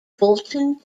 fulton